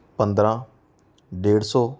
ਪੰਦਰਾਂ ਡੇਢ ਸੌ